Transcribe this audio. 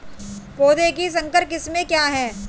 पौधों की संकर किस्में क्या हैं?